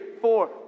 four